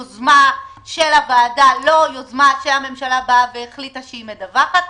לא יוזמה שהממשלה החליטה שהיא מדווחת.